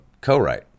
co-write